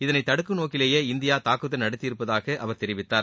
இதனை தடுக்கும் நோக்கிலேயே இந்தியா தாக்குதல் நடத்தியிருப்பதாக அவர் தெரிவித்தார்